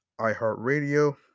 iHeartRadio